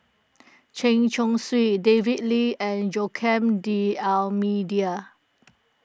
Chen Chong Swee David Lee and Joaquim D'Almeida